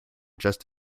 just